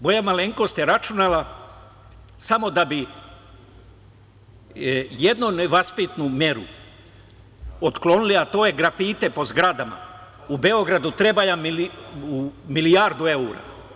Moja malenkost je računala samo da bi jednu nevaspitnu meru otklonili, a to je grafite po zgradama u Beogradu, treba nam milijardu evra.